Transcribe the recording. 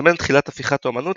ומסמן את תחילת הפיכת האמנות